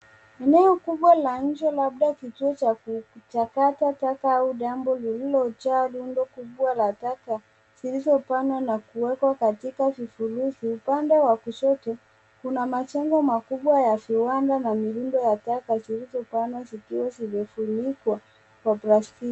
Eneo kubwa la nje labda kituo cha kuchakata taka au dampu lililojaa rundo kubwa la taka zilizopangwa na kuwekwa katika vifurushi. Upande wa kushoto, kuna majengo makubwa ya viwanda na mirundo ya taka zilizopangwa zikiwa zimefunikwa vya plasti...